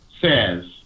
says